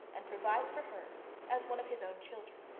and provide for her as one of his own children,